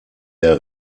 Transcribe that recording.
der